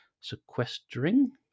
sequestering